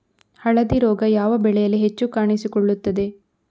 ಹಳದಿ ರೋಗ ಯಾವ ಬೆಳೆಯಲ್ಲಿ ಹೆಚ್ಚು ಕಾಣಿಸಿಕೊಳ್ಳುತ್ತದೆ?